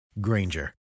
Granger